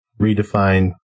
redefine